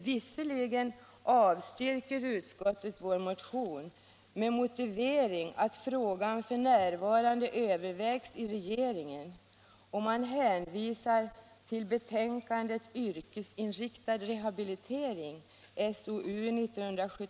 Visserligen avstyrker utskottet vår motion med motivering att frågan f.n. övervägs i regeringen, och man hänvisar till betänkandet Yrkesinriktad rehabilitering .